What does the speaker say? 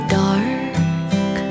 dark